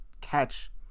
catch